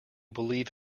believe